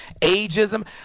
ageism